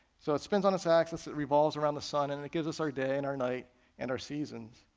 so it's spins on its axis, it revolves around the sun, and it gives us our day and our night and our seasons.